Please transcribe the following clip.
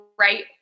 right